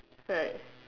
right